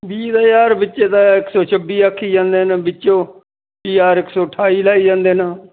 ਬੀਜ ਦਾ ਯਾਰ ਵਿੱਚੇ ਤਾਂ ਇੱਕ ਸੌ ਛੱਬੀ ਆਖੀ ਜਾਂਦੇ ਨੇ ਵਿੱਚੇ ਉਹ ਪੀ ਆਰ ਇੱਕ ਸੌ ਅਠਾਈ ਲਾਈ ਜਾਂਦੇ ਨਾ